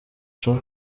guca